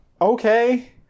Okay